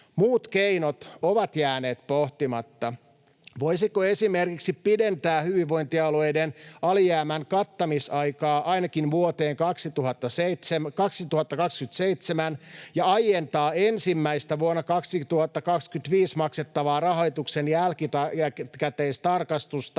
Muut keinot ovat jääneet pohtimatta. Voisiko esimerkiksi pidentää hyvinvointialueiden alijäämän kattamisaikaa ainakin vuoteen 2027 ja aientaa ensimmäistä, vuonna 2025 maksettavaa rahoituksen jälkikäteistarkastusta